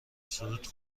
صعود